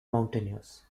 mountainous